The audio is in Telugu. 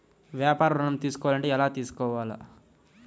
వ్యాపార ఋణం తీసుకోవాలంటే ఎలా తీసుకోవాలా?